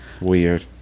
Weird